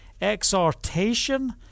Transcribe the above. exhortation